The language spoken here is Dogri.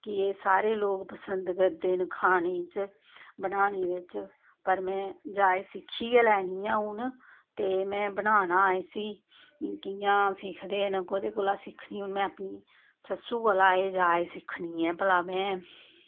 कि एह् सारे लोग पसंद करदे न खाने इच्च बनाने बिच्च पर में जाच सिक्खी गै लैनी ऐ हून ते में बनाना इस्सी कि'यां सिखदे न कोह्दे कोला सिक्खनी हून में अपनी सस्सू कोला एह् जाच सिक्खनी ऐ भला में